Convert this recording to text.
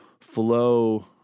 flow